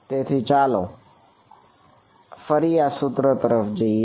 તેથી ચાલો ફરી આ સૂત્ર તરફ જઈએ